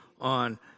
on